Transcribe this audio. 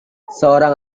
seorang